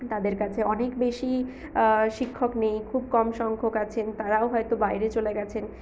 তাদের কাছে অনেক বেশি শিক্ষক নেই খুব কম সংখ্যক আছেন তারাও হয়ত বাইরে চলে গেছেন